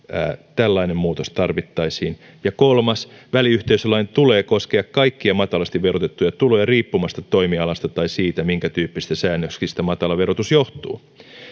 tällainen muutos tarvittaisiin kolme väliyhteisölain tulee koskea kaikkia matalasti verotettuja tuloja riippumatta toimialasta tai siitä minkätyyppisistä säännöksistä matala verotus johtuu